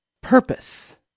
Purpose